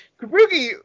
Kabuki